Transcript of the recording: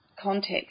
context